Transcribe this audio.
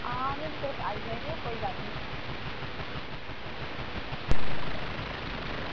हां ते तुस आई जाएओ कोई गल्ल निं